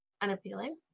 unappealing